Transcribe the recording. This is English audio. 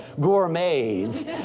gourmets